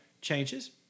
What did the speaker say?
changes